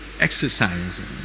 Exercise